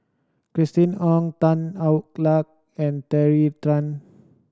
Christina Ong Tan Hwa Luck and Tracey Tan